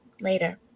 later